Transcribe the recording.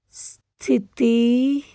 ਸਥਿਤੀ